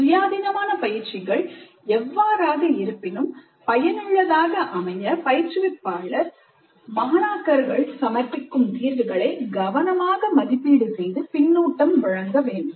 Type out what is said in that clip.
சுயாதீனமான பயிற்சிகள் எவ்வாறாக இருப்பினும் பயனுள்ளதாக அமைய பயிற்றுவிப்பாளர் மாணாக்கர்கள் சமர்ப்பிக்கும் தீர்வுகளை கவனமாக மதிப்பீடு செய்து பின்னூட்டம் வழங்க வேண்டும்